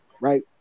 Right